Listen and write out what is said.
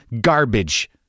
Garbage